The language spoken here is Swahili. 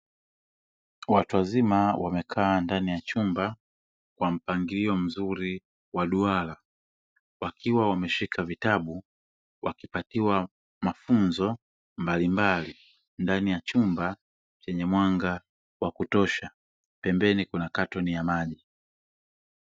Watu wazima wamekaa ndani ya chumba kwa mpangilio mzuri wa duara wakiwa wameshika vitabu wakipatiwa mafunzo mbalimbali, ndani ya chumba chenye mwanga wa kutosha pembeni kuna katoni ya maji.